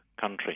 country